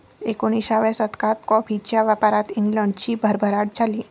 एकोणिसाव्या शतकात कॉफीच्या व्यापारात इंग्लंडची भरभराट झाली